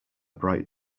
bright